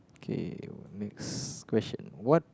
okay next question what